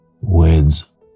words